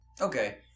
Okay